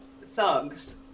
thugs